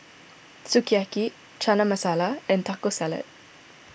Sukiyaki Chana Masala and Taco Salad